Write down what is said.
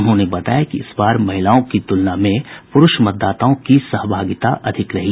उन्होंने बताया कि इस बार महिलाओं की तुलना में पुरूष मतदाताओं की सहभागिता अधिक रही